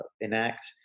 enact